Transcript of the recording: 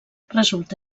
resulta